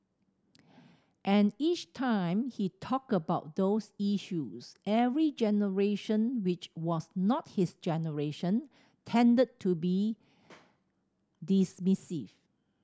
and each time he talked about those issues every generation which was not his generation tended to be dismissive